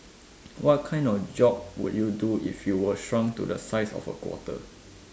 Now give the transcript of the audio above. what kind of job would you do if you were shrunk to the size of a quarter